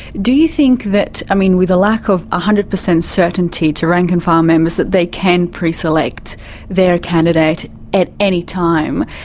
do you think that, i mean, with a lack of one ah hundred percent certainty to rank-and-file members that they can preselect their candidate at any time,